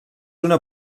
una